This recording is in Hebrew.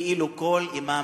כאילו כל אימאם,